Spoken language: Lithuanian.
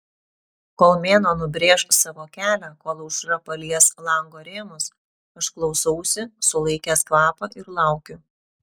kol mėnuo nubrėš savo kelią kol aušra palies lango rėmus aš klausausi sulaikęs kvapą ir laukiu